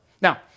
Now